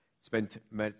Spent